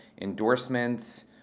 endorsements